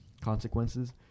consequences